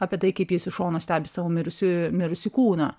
apie tai kaip jis iš šono stebi savo mirusį mirusį kūną